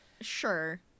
Sure